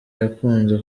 yakunze